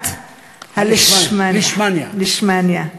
מחלת הלישמניה.